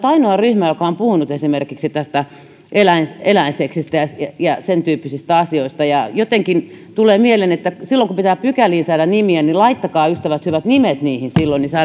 ainoa ryhmä joka on puhunut esimerkiksi tästä eläinseksistä ja sentyyppisistä asioista jotenkin tulee mieleen että silloin kun pitää pykäliin saada nimiä niin laittakaa ystävät hyvät nimet aloitteisiin silloin niin saadaan ne